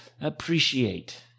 appreciate